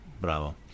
Bravo